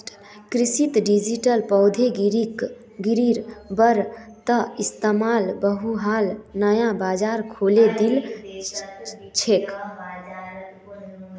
कृषित डिजिटल प्रौद्योगिकिर बढ़ त इस्तमाल बहुतला नया बाजार खोले दिल छेक